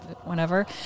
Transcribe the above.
whenever